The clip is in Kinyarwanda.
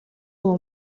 uwo